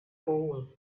goal